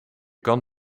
kan